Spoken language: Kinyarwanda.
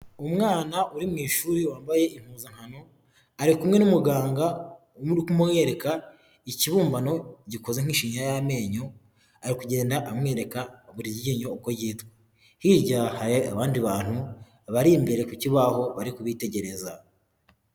Umwana uri mu ishuri wambaye impuzankano ari kumwe n'umuganga uri kumwereka ikibumbano gikoze nk'ishinya y'amenyo ari kugenda amwereka buri ryinyo uko yitwa, hirya hari abandi bantu bari imbere ku kibaho bari kubitegereza.